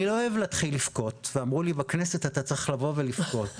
אני לא אוהב להתחיל לבכות ואמרו לי "..בכנסת אתה צריך לבוא ולבכות..".